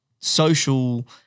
social